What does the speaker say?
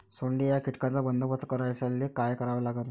सोंडे या कीटकांचा बंदोबस्त करायले का करावं लागीन?